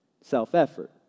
Self-effort